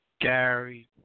Gary